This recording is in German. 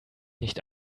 nicht